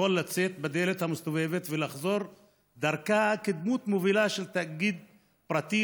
יכול לצאת בדלת המסתובבת ולחזור דרכה כדמות מובילה של תאגיד פרטי,